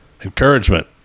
Encouragement